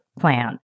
plan